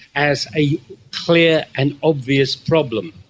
as a clear and obvious problem.